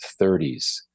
30s